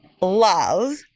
love